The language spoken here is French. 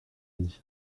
uni